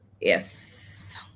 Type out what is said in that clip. yes